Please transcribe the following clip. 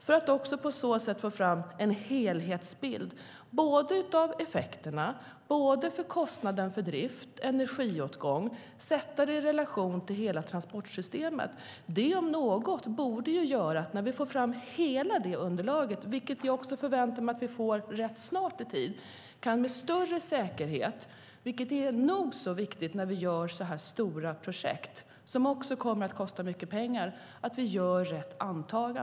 På så sätt kan vi få fram en helhetsbild av effekterna, kostnaden för drift och energiåtgången, och kan sätta det i relation till hela transportsystemet. Det om något borde göra att vi, när vi får fram hela underlaget, vilket jag förväntar mig att få rätt snart, med större säkerhet kan göra rätt antaganden. Det är nog så viktigt när vi har så stora projekt som dessutom kommer att kosta mycket pengar.